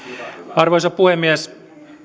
arvoisa puhemies